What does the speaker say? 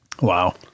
Wow